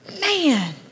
man